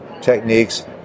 techniques